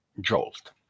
jolt